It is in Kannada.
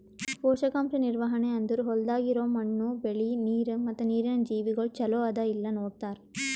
ಪೋಷಕಾಂಶ ನಿರ್ವಹಣೆ ಅಂದುರ್ ಹೊಲ್ದಾಗ್ ಇರೋ ಮಣ್ಣು, ಬೆಳಿ, ನೀರ ಮತ್ತ ನೀರಿನ ಜೀವಿಗೊಳ್ ಚಲೋ ಅದಾ ಇಲ್ಲಾ ನೋಡತಾರ್